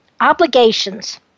obligations